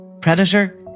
Predator